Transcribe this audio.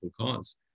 cause